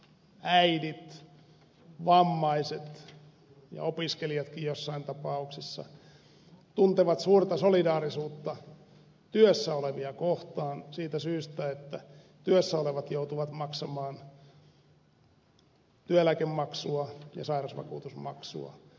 sairaat äidit vammaiset ja opiskelijatkin joissain tapauksissa tuntevat suurta solidaarisuutta työssä olevia kohtaan siitä syystä että työssä olevat joutuvat maksamaan työeläkemaksua ja sairausvakuutusmaksua